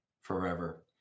forever